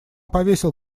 повесил